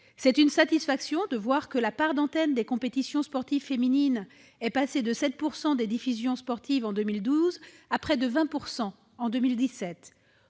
C'est une satisfaction de voir que la part d'antenne des compétitions sportives féminines est passée de 7 % des diffusions sportives en 2012 à près de 20 % en 2017.